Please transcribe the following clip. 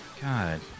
God